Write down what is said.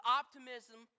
optimism